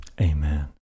Amen